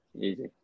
easy